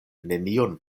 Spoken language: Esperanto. nenion